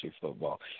football